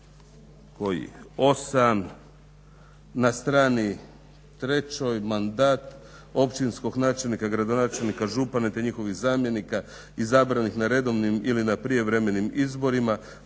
članak 8. na strani 3, mandat općinskog načelnika, gradonačelnika te njihovih zamjenika izabranih na redovnih ili na prijevremenim izborima